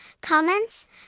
comments